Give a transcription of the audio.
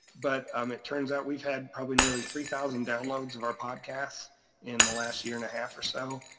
but um it turns out we've had probably nearly three thousand downloads of our podcast in the last year and a half or so.